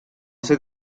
ser